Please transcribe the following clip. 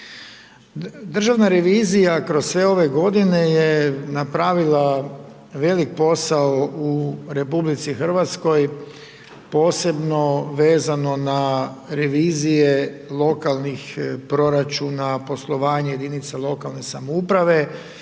Državna revizija kroz sve ove godine je napravila velik posao u RH posebno vezano na revizije lokalnih proračuna, poslovanja jedinica lokalne samouprave,